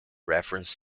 reference